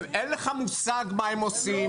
אין לך מושג מה הם עושים.